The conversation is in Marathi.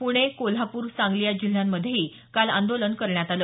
पुणे कोल्हापूर सांगली या जिल्ह्यांमध्येही काल आंदोलन करण्यात आलं